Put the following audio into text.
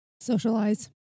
socialize